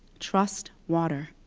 trust water.